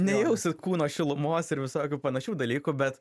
nejausit kūno šilumos ir visokių panašių dalykų bet